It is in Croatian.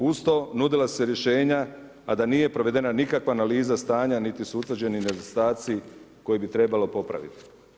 Uz to, nudila su se rješenja a da nije provedena nikakva analiza stanja niti su utvrđeni nedostaci koje bi trebalo popraviti.